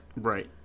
right